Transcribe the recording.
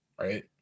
Right